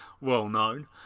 well-known